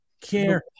care